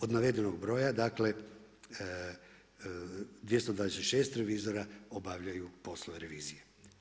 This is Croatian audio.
Od navedenog broja, dakle 226 revizora obavljaju poslove revizije.